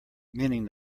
meaning